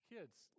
Kids